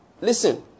listen